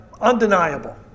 undeniable